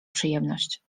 przyjemność